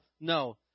no